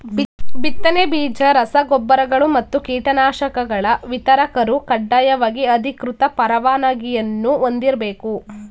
ಬಿತ್ತನೆ ಬೀಜ ರಸ ಗೊಬ್ಬರಗಳು ಮತ್ತು ಕೀಟನಾಶಕಗಳ ವಿತರಕರು ಕಡ್ಡಾಯವಾಗಿ ಅಧಿಕೃತ ಪರವಾನಗಿಯನ್ನೂ ಹೊಂದಿರ್ಬೇಕು